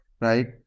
right